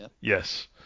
Yes